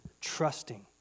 trusting